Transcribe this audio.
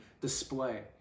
display